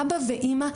אבא ואימא,